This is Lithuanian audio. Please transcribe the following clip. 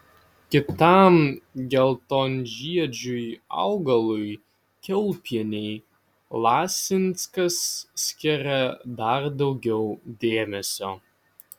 kitam geltonžiedžiui augalui kiaulpienei lasinskas skiria dar daugiau dėmesio